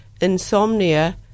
insomnia